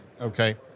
okay